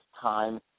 time